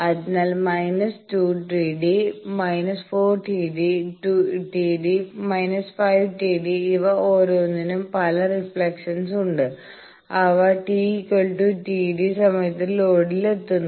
അതിനാൽ −2 Td −4 T d −5 Td ഇവ ഓരോന്നിനും പല റിഫ്ലക്ഷൻസ് ഉണ്ട് അവ t TD സമയത്ത് ലോഡിൽ എത്തുന്നു